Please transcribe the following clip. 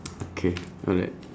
okay alright